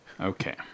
okay